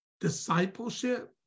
discipleship